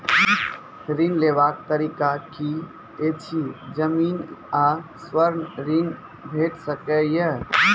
ऋण लेवाक तरीका की ऐछि? जमीन आ स्वर्ण ऋण भेट सकै ये?